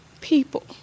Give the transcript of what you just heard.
people